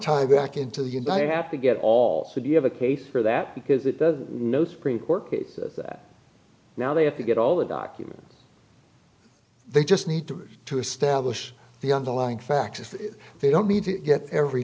time back into the united have to get all should you have a case for that because it does no supreme court cases that now they have to get all the documents they just need to to establish the underlying facts they don't need to get every